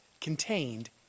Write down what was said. contained